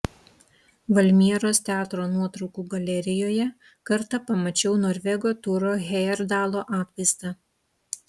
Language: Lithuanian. valmieros teatro nuotraukų galerijoje kartą pamačiau norvego turo hejerdalo atvaizdą